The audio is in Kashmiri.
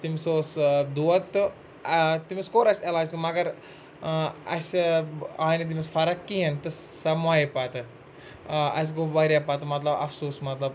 تٔمِس اوٗس ٲں دوٗد تہٕ ٲں تٔمِس کوٚر اسہِ علاج تہِ مگر ٲں اسہِ آیہِ نہٕ تٔمِس فَرَق کِہیٖنۍ تہٕ سۄ موے پَتہٕ ٲں اسہِ گوٚو واریاہ پَتہٕ مطلب اَفسوٗس مَطلَب